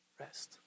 Rest